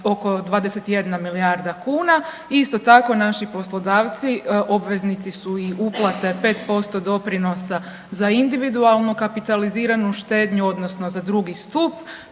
oko 21 milijarda kuna. Isto tako naši poslodavci obveznici su i uplate 5% doprinosa za individualno kapitaliziranu štednju odnosno za drugi stup.